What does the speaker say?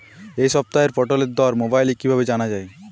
এই সপ্তাহের পটলের দর মোবাইলে কিভাবে জানা যায়?